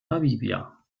namibia